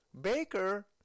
Baker